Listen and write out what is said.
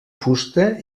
fusta